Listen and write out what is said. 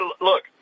Look